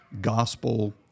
gospel